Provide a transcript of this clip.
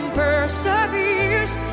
perseveres